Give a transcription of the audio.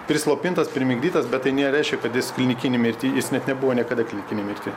prislopintas primigdytas bet tai nereiškia kad jis klinikinėj mirty jis net nebuvo niekada klinikinėj mirty